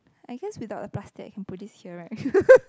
I guess without a plastic I can put this here right